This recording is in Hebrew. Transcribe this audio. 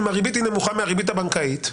אם הריבית נמוכה מהריבית הבנקאית,